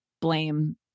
blame